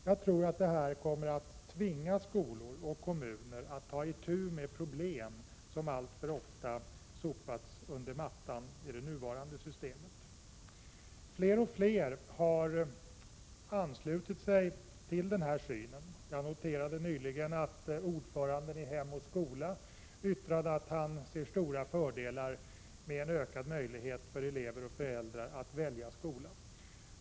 Jag tror att det kommer att tvinga skolor och kommuner att ta itu med problem som alltför ofta sopats under mattan i det nuvarande systemet. Fler och fler har anslutit sig till den här synen. Jag noterade nyligen att ordföranden i Hem och Skola yttrade att han ser stora fördelar med en ökad möjlighet för elever och föräldrar att välja skola.